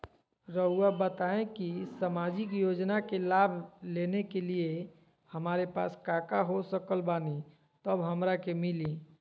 रहुआ बताएं कि सामाजिक योजना के लाभ लेने के लिए हमारे पास काका हो सकल बानी तब हमरा के मिली?